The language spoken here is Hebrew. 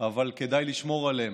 אבל כדאי לשמור עליהם.